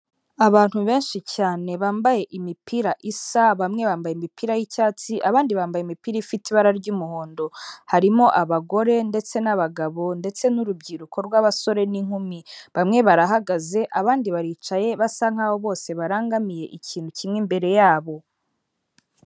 Abantu benshi cyane bambaye imipira isa, bamwe bambaye imipira y'icyatsi abandi bambaye imipira ifite ibara ry'umuhondo. Harimo abagore ndetse n'abagabo, ndetse n'urubyiruko rw'abasore n'inkumi. Bamwe barahagaze abandi baricaye, basa nkaho bose barangamiye ikintu kimwe imbere yabo.